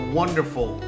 wonderful